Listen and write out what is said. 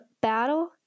battle